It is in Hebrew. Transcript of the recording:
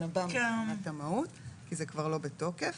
הבא מבחינת המהות כי זה כבר לא בתוקף.